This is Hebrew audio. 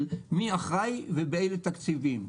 מי אחראי ובאיזה תקציבים.